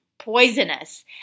poisonous